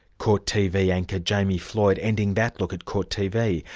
court tv anchor jami floyd, ending that look at court tv.